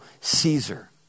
Caesar